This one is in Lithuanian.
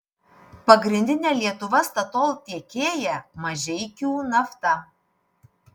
pagrindinė lietuva statoil tiekėja mažeikių nafta